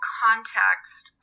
context